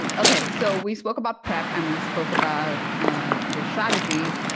and okay so, we spoke about prep and we spoke about your strategies.